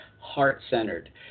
heart-centered